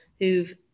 who've